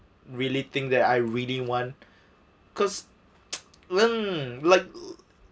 really think that I really want cause like